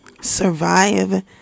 survive